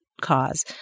cause